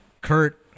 Kurt